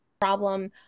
problem